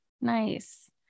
Nice